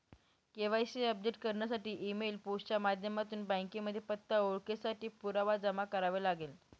KYC update करण्यासाठी email, post च्या माध्यमातून बँकेमध्ये पत्ता, ओळखेसाठी पुरावा जमा करावे लागेल